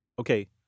Okay